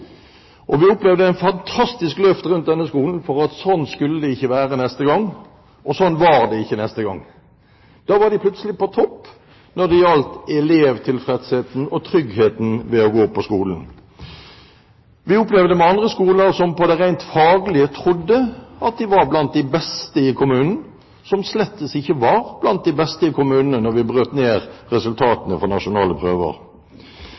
Vi opplevde et fantastisk løft rundt denne skolen, for sånn skulle det ikke være neste gang, og sånn var det ikke neste gang. Da var de plutselig på topp når det gjaldt elevtilfredsheten og tryggheten ved å gå på skolen. Vi opplevde at andre skoler, som vi rent faglig trodde var blant de beste i kommunen, slett ikke var blant de beste i kommunen når vi brøt ned resultatene fra nasjonale prøver.